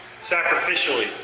sacrificially